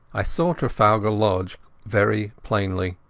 i saw trafalgar lodge very plainly,